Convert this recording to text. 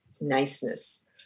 niceness